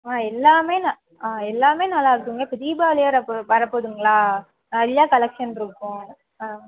எல்லாமே எல்லாமே நல்லாயிருக்குங்க இப்போ தீபாவளி வேறு இப்போ வரப்போதுங்களா எல்லா கலெக்க்ஷன் இருக்கும்